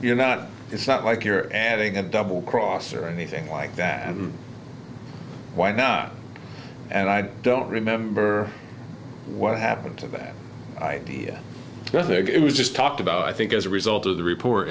you're not it's not like you're adding a double cross or anything like that and why not and i don't remember what happened to that idea whether it was just talked about i think as a result of the report